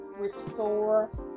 restore